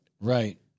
Right